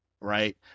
right